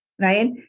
Right